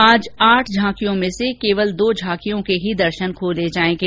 आज आठ झांकियों में से केवल दो झांकियों के ही दर्शन खोले गए हैं